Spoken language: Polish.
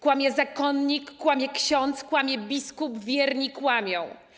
Kłamie zakonnik, kłamie ksiądz, kłamie biskup, wierni kłamią.